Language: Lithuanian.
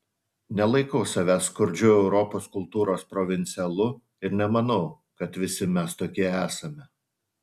nelaikau savęs skurdžiu europos kultūros provincialu ir nemanau kad visi mes tokie esame